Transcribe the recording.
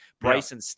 Bryson